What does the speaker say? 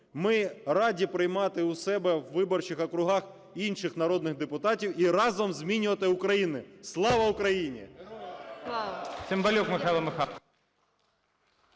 Ми раді приймати у себе в виборчих округах інших народних депутатів і разом змінювати Україну. Слава Україні!